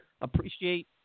Appreciate